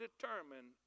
determined